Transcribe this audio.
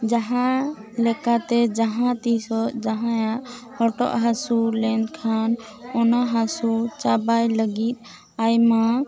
ᱢᱟᱦᱟᱸ ᱞᱮᱠᱟ ᱛᱮ ᱢᱟᱦᱟᱸ ᱛᱤᱥᱚᱜ ᱡᱟᱦᱟᱸᱭᱟᱜ ᱦᱚᱴᱚᱜ ᱦᱟᱹᱥᱩ ᱞᱮᱱ ᱠᱷᱟᱱ ᱚᱱᱟ ᱦᱟᱹᱥᱩ ᱪᱟᱵᱟᱭ ᱞᱟᱹᱜᱤᱫ ᱟᱭᱢᱟ